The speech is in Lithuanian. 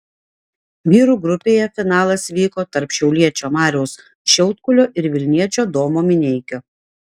vyrų grupėje finalas vyko tarp šiauliečio mariaus šiaudkulio ir vilniečio domo mineikio